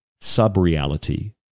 sub-reality